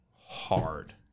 hard